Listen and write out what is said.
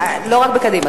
לא רק בקדימה.